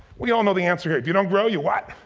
we all know the answer here. if you don't grow you what?